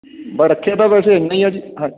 ਬਾ ਰੱਖਿਆ ਤਾਂ ਵੈਸੇ ਇੰਨੇ ਹੀ ਜੀ ਹਾਂ